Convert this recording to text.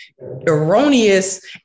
erroneous